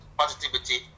positivity